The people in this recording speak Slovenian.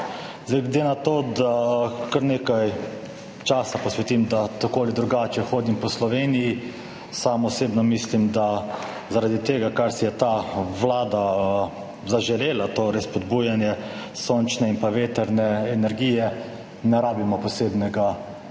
Glede na to, da kar nekaj časa posvetim temu, da tako ali drugače hodim po Sloveniji, sam osebno mislim, da zaradi tega, kar si je zaželela ta vlada, torej spodbujanje sončne in vetrne energije, ne potrebujemo posebnega zakona.